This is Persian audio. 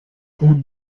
اون